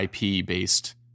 IP-based